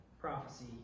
prophecy